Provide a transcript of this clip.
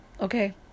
okay